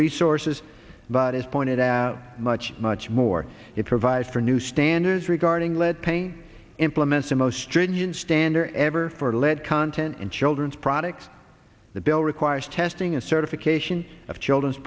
resources but as pointed out much much more it provides for new standards regarding lead paint implements in most stringent standards ever for lead content in children's products the bill requires testing and certification of children's